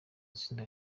itsinda